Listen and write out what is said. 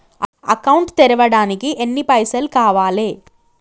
Account తెరవడానికి ఎన్ని పైసల్ కావాలే?